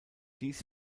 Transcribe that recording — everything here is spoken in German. dies